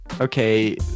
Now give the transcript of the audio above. okay